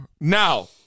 now